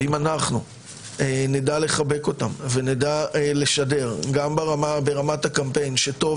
אם אנחנו נדע לחבק אותם ולשדר גם ברמת הקמפיין שטוב